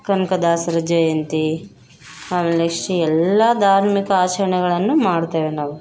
ಕನಕದಾಸರ ಜಯಂತಿ ಆಮೇಲೆ ನೆಕ್ಸ್ಟ್ ಎಲ್ಲ ಧಾರ್ಮಿಕ ಆಚರಣೆಗಳನ್ನ ಮಾಡುತ್ತೇವೆ ನಾವು